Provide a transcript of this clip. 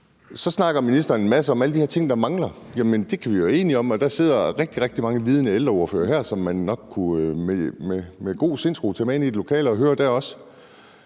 Så snakker ministeren en masse om alle de her ting, der mangler. Jamen det kan vi jo være enige om. Der sidder rigtig, rigtig mange vidende ældreordførere her, som man nok med god sindsro kunne tage med ind i et lokale og også